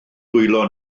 dwylo